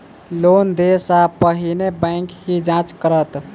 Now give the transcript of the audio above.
Loan देय सा पहिने बैंक की जाँच करत?